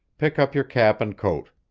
pick up your cap and coat.